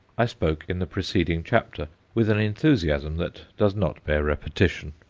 i spoke in the preceding chapter with an enthusiasm that does not bear repetition.